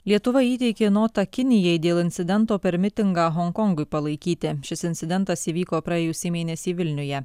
lietuva įteikė notą kinijai dėl incidento per mitingą honkongui palaikyti šis incidentas įvyko praėjusį mėnesį vilniuje